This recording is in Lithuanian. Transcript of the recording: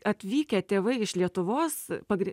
atvykę tėvai iš lietuvos pagri